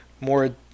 More